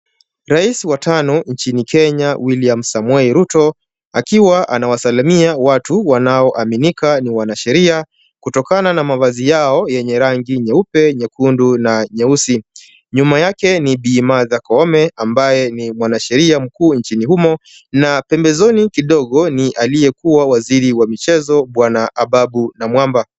Rais wa tano nchini Kenya, William Samoei Ruto, akiwa anawasalimia watu wanaoaminika ni wanasheria, kutokana na mavazi yao yenye rangi nyeupe, nyekundu na nyeusi. Nyuma yake ni Bi Martha Koome ambaye ni mwasheria mkuu nchini humo. Na pembezoni kidogo ni aliyekuwa waziri wa mchezo, Bwana Ababu Namwamba.